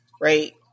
right